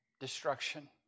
destruction